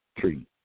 Three